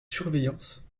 surveillance